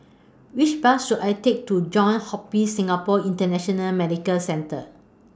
Which Bus should I Take to Johns Hopkins Singapore International Medical Centre